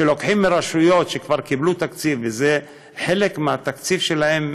רשויות שכבר קיבלו תקציב וזה חלק מהתקציב שלהן,